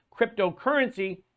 cryptocurrency